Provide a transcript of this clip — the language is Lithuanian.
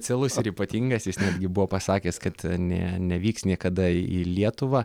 ciaialus ir ypatingas jis netgi buvo pasakęs kad ne nevyks niekada į lietuvą